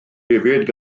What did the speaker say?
hefyd